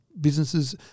businesses